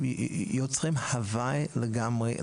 יוצרים הווי אחר לגמרי.